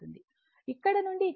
ఇక్కడ నుండి ఇక్కడకు ఇది 50 cos52